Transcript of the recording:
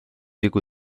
vigu